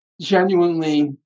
genuinely